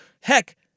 Heck